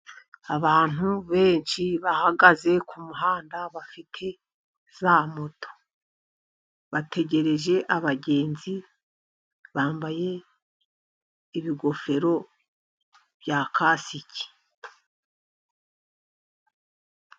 Abantu benshi bahagaze ku muhanda bafite za moto, bategereje abagenzi bambaye ibigofero bya kasiki.